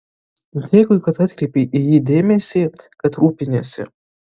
dėkui kad atkreipei į jį dėmesį kad rūpiniesi